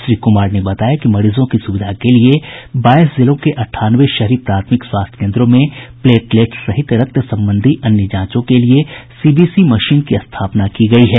श्री कुमार ने बताया कि मरीजों की सुविधा के लिये बाईस जिलों के अठानवे शहरी प्राथमिक स्वास्थ्य केंद्रों में प्लेटलेट्स सहित रक्त संबंधी अन्य जांचों के लिये सीबीसी मशीन की स्थापना की गयी है